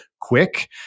quick